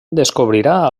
descobrirà